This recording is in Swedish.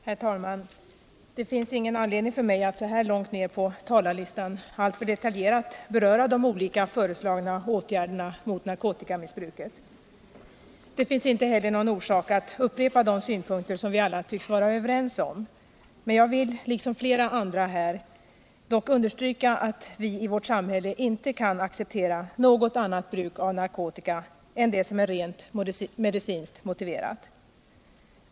Herr talman! Det finns ingen anledning för mig att nu i slutet av debatten alltför detaljerat beröra de olika föreslagna åtgärderna mot narkotikamissbruket. Det finns inte heller någon orsak att upprepa de synpunkter som vi alla tycks vara överens om, men jag vill dock liksom flera andra här understryka att vi i vårt samhälle inte kan acceptera något annat bruk av narkotika än det som är rent medicinskt motiverat.